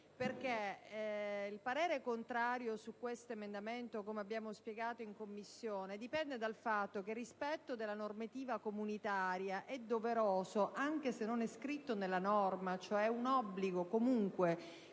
che il parere contrario su questo emendamento, come abbiamo già spiegato in Commissione, dipende dal fatto che il rispetto della normativa comunitaria è doveroso, anche se non è scritto nella norma. È un obbligo comunque.